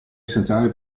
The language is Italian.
essenziale